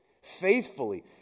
faithfully